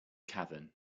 cavan